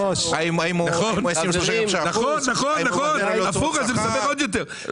נכון, נכון, אז זה מסבך עוד יותר.